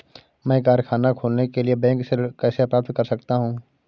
मैं कारखाना खोलने के लिए बैंक से ऋण कैसे प्राप्त कर सकता हूँ?